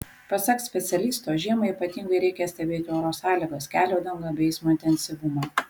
pasak specialisto žiemą ypatingai reikia stebėti oro sąlygas kelio dangą bei eismo intensyvumą